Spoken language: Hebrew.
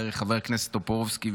דרך חבר הכנסת טופורובסקי,